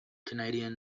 canadian